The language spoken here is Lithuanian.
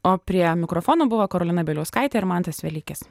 o prie mikrofono buvo karolina bieliauskaitė ir mantas velykis